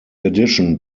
addition